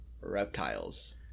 reptiles